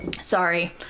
sorry